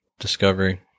Discovery